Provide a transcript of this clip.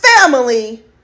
family